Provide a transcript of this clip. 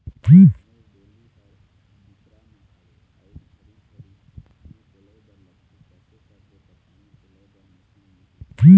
मोर डोली हर डिपरा म हावे अऊ घरी घरी पानी पलोए बर लगथे कैसे करबो त पानी पलोए बर मशीन मिलही?